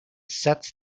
sets